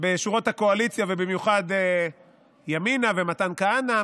בשורות הקואליציה, ובמיוחד בימינה, מתן כהנא.